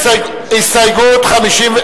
שמית.